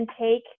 take